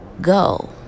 go